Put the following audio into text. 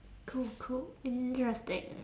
cool cool interesting